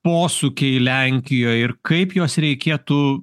posūkiai lenkijoj ir kaip juos reikėtų